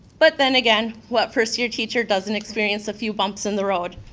but then again what first year teacher doesn't experience a few bumps in the road?